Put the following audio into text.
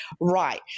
Right